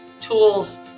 tools